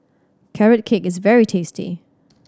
Carrot Cake is very tasty